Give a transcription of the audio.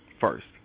first